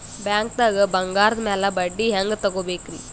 ಬ್ಯಾಂಕ್ದಾಗ ಬಂಗಾರದ್ ಮ್ಯಾಲ್ ಬಡ್ಡಿ ಹೆಂಗ್ ತಗೋಬೇಕ್ರಿ?